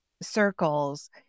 circles